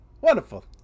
Wonderful